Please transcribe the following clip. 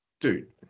dude